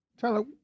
Tyler